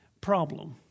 problem